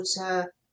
water